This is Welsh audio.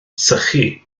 sychu